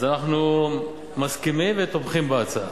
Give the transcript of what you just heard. אז אנחנו מסכימים ותומכים בהצעה.